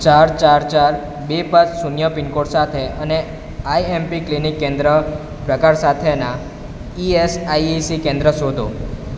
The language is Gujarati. ચાર ચાર ચાર બે પાંચ શૂન્ય પિનકોડ સાથે અને આઈએમપી ક્લિનિક કેન્દ્ર પ્રકાર સાથેનાં ઈએસઆઈએસી કેન્દ્ર શોધો